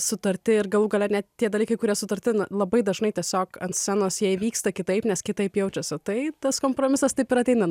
sutarti ir galų gale net tie dalykai kurie sutarti na labai dažnai tiesiog ant scenos jie įvyksta kitaip nes kitaip jaučiasi tai tas kompromisas taip ir ateina